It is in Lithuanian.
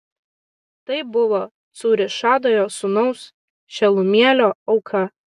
tai buvo cūrišadajo sūnaus šelumielio auka